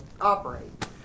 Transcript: operate